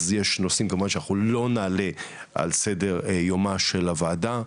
אז יש נושאים כמובן שאנחנו לא נעלה על סדר יומה של הוועדה,